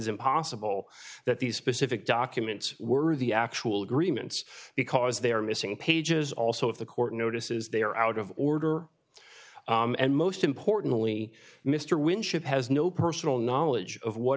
impossible that these specific documents were the actual agreements because they are missing pages also if the court notices they are out of order and most importantly mr winship has no personal knowledge of what